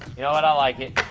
you know what? i like it.